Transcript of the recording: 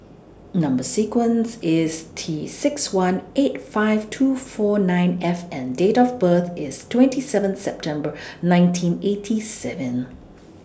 Number sequence IS T six one eight five two four nine F and Date of birth IS twenty seven September nineteen eighty seven